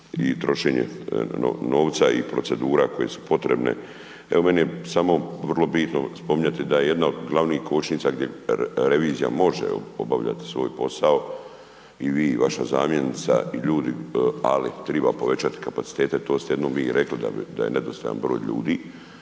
i trošenje novca i procedura koje su potrebne. Evo meni je samo vrlo bitno spominjati da je jedna od glavnih kočnica gdje revizija može obavljati svoj posao i vi i vaša zamjenica i ljudi ali treba povećati kapacitete, to ste jednom vi rekli da je nedostajan broj ljudi.